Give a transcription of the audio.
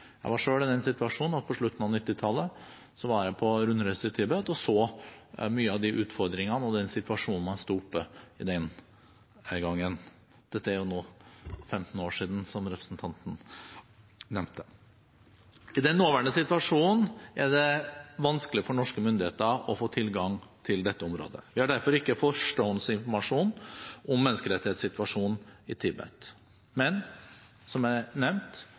Jeg var selv i den situasjonen på slutten av 1990-tallet at jeg var på rundreise i Tibet og så mye av de utfordringene og den situasjonen man sto oppe i, den gangen – dette er jo nå 15 år siden, som representanten nevnte. I den nåværende situasjonen er det vanskelig for norske myndigheter å få tilgang til dette området. Vi har derfor ikke førstehåndsinformasjon om menneskerettighetssituasjonen i Tibet, men som jeg nevnte: Det er